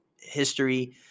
history